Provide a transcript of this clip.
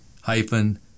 hyphen